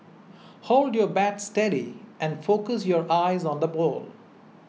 hold your bat steady and focus your eyes on the ball